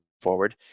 forward